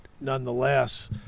nonetheless